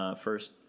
first